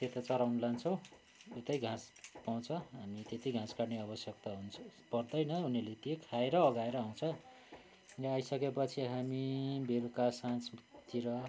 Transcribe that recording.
त्यता चराउन लान्छौँ उत्तै घाँस पाउँछ अनि त्यत्तै घाँस काट्ने अवश्यककता हुन्छ पर्दैन उनीहरूले त्यही खाएर अघाएर आउँछ यहाँ आइसकेपछि हामी बेलुका साँझतिर